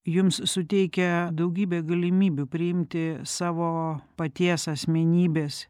jums suteikia daugybę galimybių priimti savo paties asmenybės